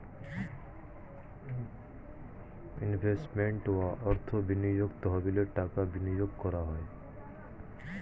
investment বা অর্থ বিনিয়োগ তহবিলে টাকা বিনিয়োগ করা হয়